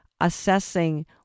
assessing